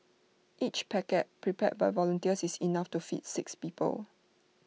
each packet prepared by volunteers is enough to feed six people